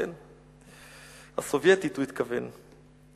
כן, הסובייטית, הוא התכוון.